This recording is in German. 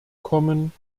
kommen